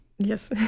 Yes